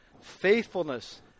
faithfulness